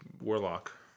warlock